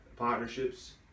partnerships